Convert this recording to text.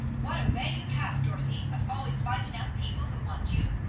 what a way you have, dorothy, of always finding out people who want you!